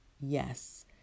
Yes